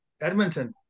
Edmonton